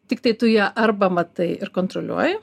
tiktai tu ją arba matai ir kontroliuoji